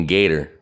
Gator